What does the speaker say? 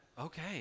okay